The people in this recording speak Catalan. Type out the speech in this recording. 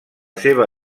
seva